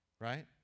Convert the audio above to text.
right